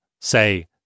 say